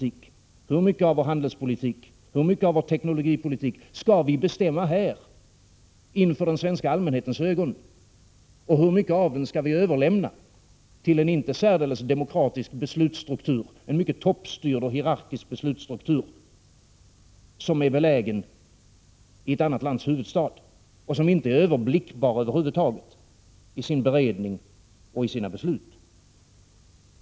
1986/87:99 litik och vår teknologipolitik som vi skall bestämma här inför den svenska — 1 april 1987 allmänhetens ögon och om hur mycket vi skall överlämna till en inte särdeles demokratisk beslutstruktur, en mycket toppstyrd och hierarkisk beslutstruktur, som är belägen i ett annat lands huvudstad och som inte är överblickbar över huvud taget vad gäller beredning och beslut.